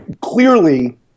clearly